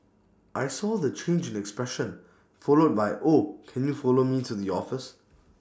I saw the change in expression followed by oh can you follow me to the office